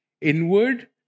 inward